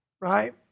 right